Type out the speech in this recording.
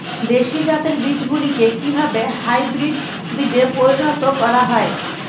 দেশি জাতের বীজগুলিকে কিভাবে হাইব্রিড বীজে পরিণত করা হয়?